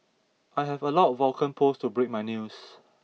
I have allowed Vulcan post to break my news